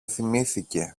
θυμήθηκε